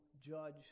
judge